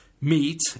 meet